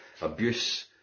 abuse